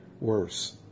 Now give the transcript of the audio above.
worse